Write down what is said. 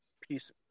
piece